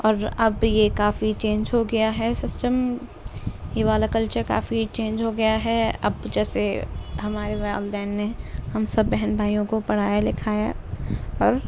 اور اب یہ کافی چینج ہو گیا ہے سسٹم یہ والا کلچر کافی چینج ہو گیا ہے اب جیسے ہمارے والدین نے ہم سب بہن بھائیوں کو پڑھایا لکھایا اور